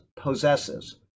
possesses